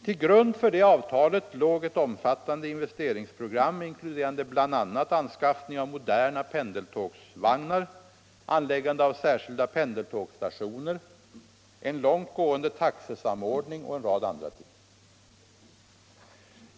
Till grund för det avtalet låg ett omfattande investeringsprogram, inkluderande bl.a. anskaffning av moderna pendeltågsvagnar, anläggande av särskilda pendeltågsstationer, en långt gående taxesamordning och en rad andra ting.